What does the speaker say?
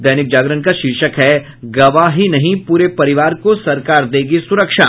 दैनिक जागरण का शीर्षक है गवाह ही नहीं पूरे परिवार को सरकार देगी सुरक्षा